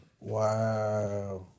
Wow